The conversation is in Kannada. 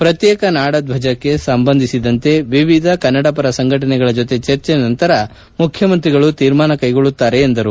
ಪ್ರತ್ಯೇಕ ನಾಡ ದ್ವಜಕ್ಕೆ ಸಂಬಂಧಿಸಿದಂತೆ ವಿವಿಧ ಕನ್ನಡ ಪರ ಸಂಘಟನೆಗಳ ಜೊತೆ ಚರ್ಚೆ ನಂತರ ಮುಖ್ಯಮಂತ್ರಿಗಳು ತೀರ್ಮಾನ ಕೈಗೊಳ್ಳುತ್ತಾರೆ ಎಂದು ತಿಳಿಸಿದರು